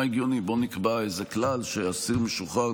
הגיוני: בואו נקבע כלל שאסיר משוחרר,